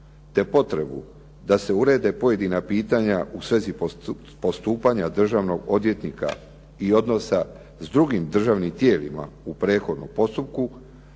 te potrebu da se urede pojedina pitanja u svezi postupanja državnog odvjetnika i odnosa s drugim državnim tijelima u prethodnom postupku